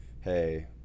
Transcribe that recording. hey